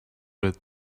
did